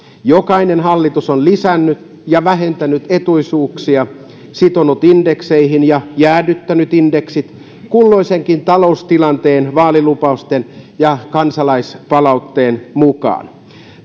jokainen hallitus on lisännyt ja vähentänyt etuisuuksia sitonut indekseihin ja jäädyttänyt indeksit kulloisenkin taloustilanteen vaalilupausten ja kansalaispalautteen mukaan